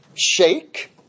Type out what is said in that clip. shake